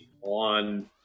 on